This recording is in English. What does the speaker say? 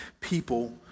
people